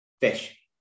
fish